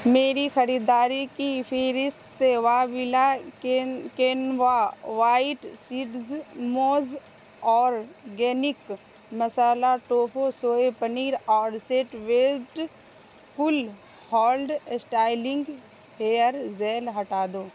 میری خریداری کی فہرست سے واویلا کینوا وائٹ سیڈز موز اورگینک مصالحہ ٹوفو سوئے پنیر اور Set Wet cool hold styling hair gel ہٹا دو